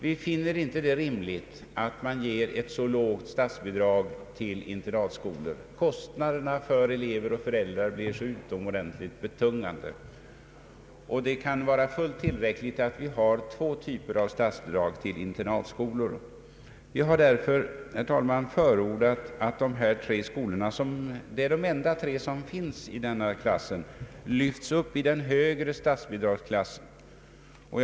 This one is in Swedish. Vi finner det inte rimligt att det utgår ett så lågt statsbidrag till internatskolor som här sker. Kostnaderna för elever och föräldrar blir utomordentligt betungande, och det kan vara fullt tillräckligt med två typer av statsbidrag till internatskolor. Vi har därför, herr talman, förordat att dessa tre skolor, som är de enda i denna klass, lyfts upp i den högre statsbidragsklassen.